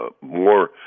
more